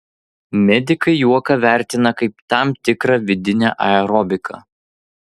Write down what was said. medikai juoką vertina kaip tam tikrą vidinę aerobiką